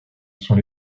sont